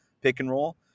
pick-and-roll